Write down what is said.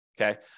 okay